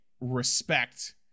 respect